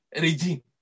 Regime